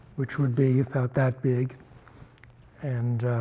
which would be about that big and